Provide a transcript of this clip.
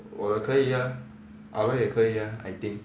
我的可以 ah ah loi 也可以 ah I think